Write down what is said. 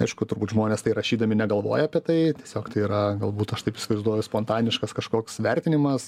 aišku turbūt žmonės tai rašydami negalvoja apie tai tiesiog tai yra galbūt aš taip įsivaizduoju spontaniškas kažkoks vertinimas